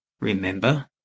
Remember